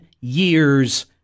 years